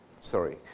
sorry